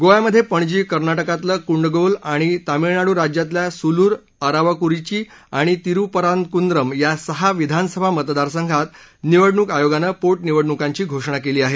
गोव्यामध्ये पणजी कर्नाटकातलं कुंडगोल आणि तामिळनाडू राज्यातल्या सुलुर अरावकुरिची आणि तिरुपरान्कुंद्रम या सहा विधानसभा मतदारसंघात निवडणूक आयोगानं पोटनिवडणुकांची घोषणा केली आहे